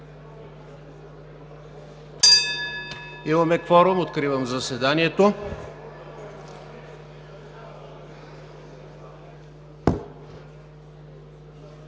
Имаме кворум – откривам заседанието.